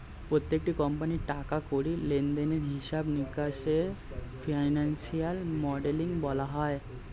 প্রত্যেকটি কোম্পানির টাকা কড়ি লেনদেনের হিসাব নিকাশকে ফিনান্সিয়াল মডেলিং বলা হয়